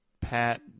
Pat